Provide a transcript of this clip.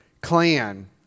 clan